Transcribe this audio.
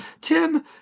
Tim